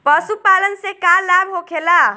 पशुपालन से का लाभ होखेला?